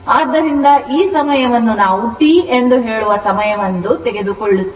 ಆದ್ದರಿಂದ ಈ ಸಮಯವನ್ನು ನಾವು T ಎಂದು ಹೇಳುವ ಸಮಯವನ್ನು ತೆಗೆದುಕೊಳ್ಳುತ್ತೇವೆ